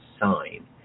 sign